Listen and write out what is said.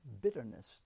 bitterness